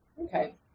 Okay